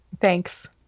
Thanks